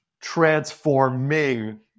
transforming